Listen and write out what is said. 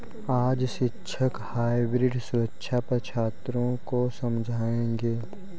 आज शिक्षक हाइब्रिड सुरक्षा पर छात्रों को समझाएँगे